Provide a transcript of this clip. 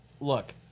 look